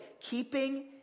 keeping